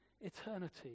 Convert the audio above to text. eternity